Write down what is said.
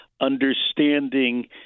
understanding